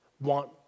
want